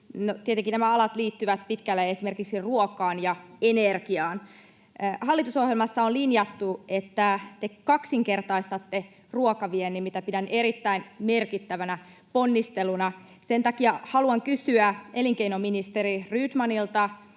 tietenkin nämä alat liittyvät pitkälti esimerkiksi ruokaan ja energiaan. Hallitusohjelmassa on linjattu, että te kaksinkertaistatte ruokaviennin, mitä pidän erittäin merkittävänä ponnisteluna. Sen takia haluan kysyä elinkeinoministeri Rydmanilta,